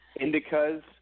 Indicas